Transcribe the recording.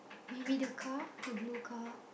we wait the car the blue car